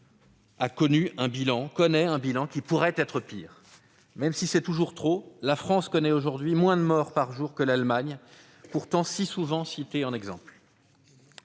-, mais le bilan que connaît notre pays pourrait être pire. Même si c'est toujours trop, la France compte aujourd'hui moins de morts par jour que l'Allemagne, pourtant si souvent citée en exemple.